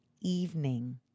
evening